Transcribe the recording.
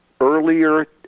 earlier